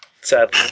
Sad